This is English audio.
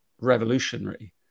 revolutionary